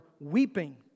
weeping